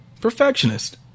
Perfectionist